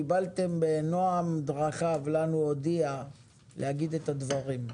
קיבלתם בנועם רחב זמן להגיד את הדברים.